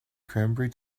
cranberry